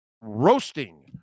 roasting